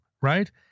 right